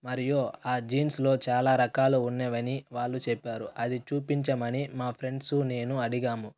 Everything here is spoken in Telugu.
మరియు ఆ జీన్స్లో చాలా రకాలు ఉన్నాయని వాళ్ళు చెప్పారు అది చూపించమని మా ఫ్రెండ్స్ నేను అడిగాము